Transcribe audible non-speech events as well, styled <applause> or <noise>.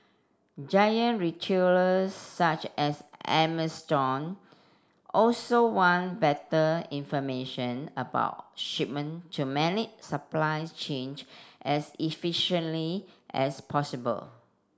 giant retailer such as Amazon also want better information about shipment to manage supply change as <unintelligible> as possible